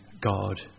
God